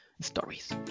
stories